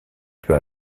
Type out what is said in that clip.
peut